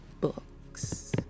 books